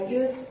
use